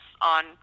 on